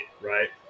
right